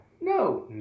No